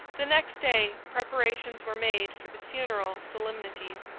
the next day preparations were made for the funeral solemnities.